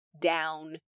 down